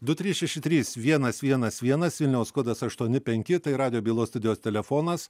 du trys šeši trys vienas vienas vienas vilniaus kodas aštuoni penki tai radijo bylos studijos telefonas